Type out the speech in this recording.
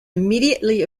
immediately